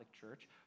Church